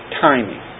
timing